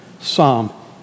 psalm